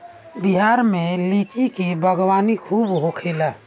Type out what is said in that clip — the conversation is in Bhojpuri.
बिहार में लीची के बागवानी खूब होखेला